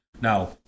Now